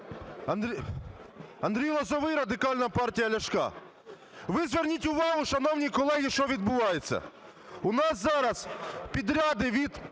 Андрій Лозовий, Радикальна партія Ляшка. Ви зверніть увагу, шановні колеги, що відбувається. У нас зараз підряди за